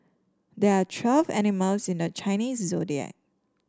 there are twelve animals in the Chinese Zodiac